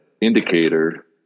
indicator